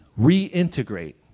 reintegrate